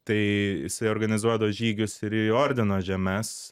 tai jisai organizuodavo žygius ir į ordino žemes